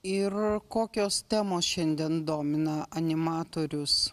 ir kokios temos šiandien domina animatorius